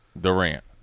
Durant